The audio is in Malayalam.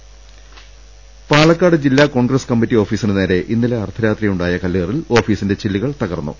പുറപ്പെട്ടത്ത പാലക്കാട് ജില്ലാ കോൺഗ്രസ് കമ്മിറ്റി ഓഫീസിനു നേരെ ഇന്നലെ അർദ്ധരാത്രിയുണ്ടായ കല്ലേറിൽ ഓഫീസിന്റെ ചില്ലുകൾ തകർന്നു